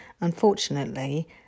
Unfortunately